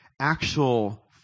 actual